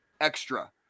extra